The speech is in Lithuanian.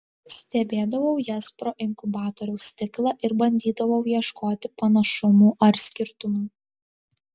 stebėdavau jas pro inkubatoriaus stiklą ir bandydavau ieškoti panašumų ar skirtumų